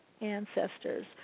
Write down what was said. ancestors